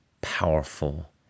powerful